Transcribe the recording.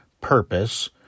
purpose